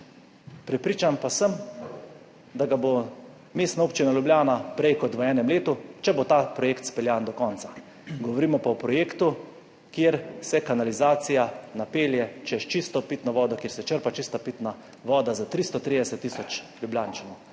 Prepričan pa sem, da ga bo Mestna občina Ljubljana prej kot v enem letu, če bo ta projekt speljan do konca. Govorimo pa o projektu, kjer se kanalizacija napelje čez čisto pitno vodo, kjer se črpa čista pitna voda za 330 tisoč Ljubljančanov.